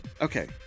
Okay